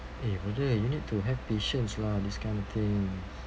eh brother you need to have patience lah this kind of thing